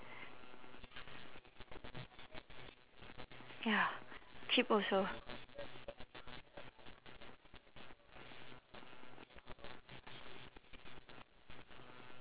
ya cheap also